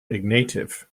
ignatieff